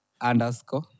Underscore